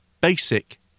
Basic